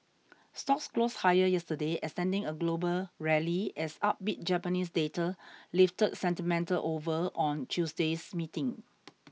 stocks closed higher yesterday extending a global rally as upbeat Japanese data lifted sentiment over on Tuesday's meeting